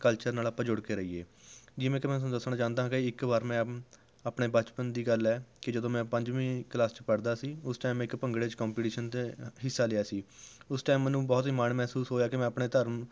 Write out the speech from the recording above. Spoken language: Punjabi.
ਕਲਚਰ ਨਾਲ਼ ਆਪਾਂ ਜੁੜ ਕੇ ਰਹੀਏ ਜਿਵੇਂ ਕਿ ਮੈਂ ਤੁਹਾਨੂੰ ਦੱਸਣਾ ਚਾਹੁੰਦਾ ਹਾਂ ਕਿ ਇੱਕ ਵਾਰ ਮੈਂ ਆਪਣੇ ਬਚਪਨ ਦੀ ਗੱਲ ਹੈ ਕਿ ਜਦੋਂ ਮੈਂ ਪੰਜਵੀਂ ਕਲਾਸ 'ਚ ਪੜ੍ਹਦਾ ਸੀ ਉਸ ਟਾਈਮ ਮੈਂ ਇੱਕ ਭੰਗੜੇ 'ਚ ਕੰਪੀਟੀਸ਼ਨ 'ਚ ਹਿੱਸਾ ਲਿਆ ਸੀ ਉਸ ਟਾਈਮ ਮੈਨੂੰ ਬਹੁਤ ਹੀ ਮਾਣ ਮਹਿਸੂਸ ਹੋਇਆ ਕਿ ਮੈਂ ਆਪਣੇ ਧਰਮ